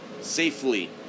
safely